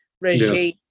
regime